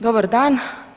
Dobar dan!